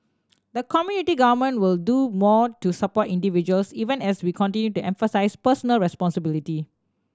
the community government will do more to support individuals even as we continue to emphasise personal responsibility